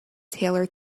tailor